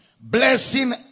blessing